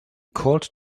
called